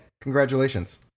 congratulations